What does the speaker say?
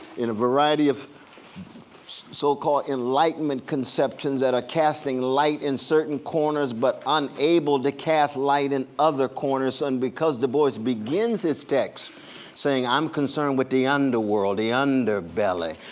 in a variety of so-called enlightenment conceptions that are casting light in certain corners, but unable to cast light in other corners. and because du bois begins this text saying i'm concerned with the underworld, the underbelly,